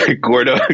Gordo